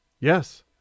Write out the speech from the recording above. Yes